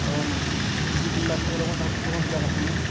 ᱦᱚ ᱢᱟ ᱥᱟᱨ ᱛᱚᱵᱮ ᱞᱚᱜᱚᱱ ᱫᱷᱟᱨᱟ ᱞᱚᱜᱚᱱ ᱵᱷᱮᱡᱟ ᱠᱟᱜ ᱯᱮ ᱦᱮᱸ